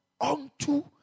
unto